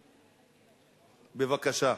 בבקשה.